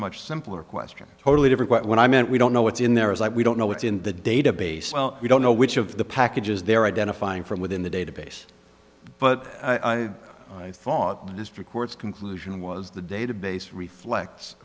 much simpler question totally different when i meant we don't know what's in there is like we don't know what's in the database we don't know which of the packages they're identifying from within the database but i thought his records conclusion was the database reflects